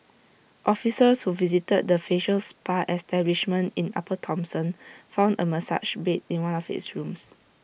officers who visited the facial spa establishment in upper Thomson found A massage bed in one of its rooms